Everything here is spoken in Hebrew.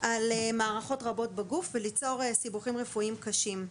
על מערכות רבות בגוף וליצור סיבוכים רפואיים קשים.